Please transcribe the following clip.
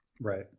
Right